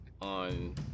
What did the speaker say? on